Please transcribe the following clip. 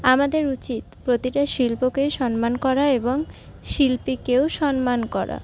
আমাদের উচিত প্রতিটা শিল্পকেই সম্মান করা এবং শিল্পীকেও সম্মান করা